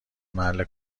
محل